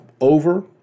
over